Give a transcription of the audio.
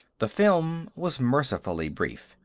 the film was mercifully brief.